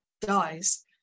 dies